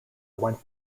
went